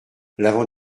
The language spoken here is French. l’avant